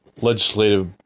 legislative